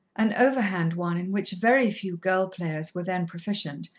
an overhand one in which very few girl players were then proficient,